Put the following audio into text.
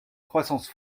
croissance